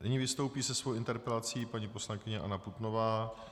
Nyní vystoupí se svou interpelací paní poslankyně Anna Putnová.